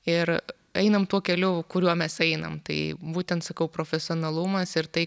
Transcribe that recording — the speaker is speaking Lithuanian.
ir ainam tuo keliu kuriuo mes ainam tai būtent sakau profesionalumas ir tai